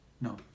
no